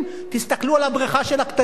תסתכלו על הבריכה של הקטנים,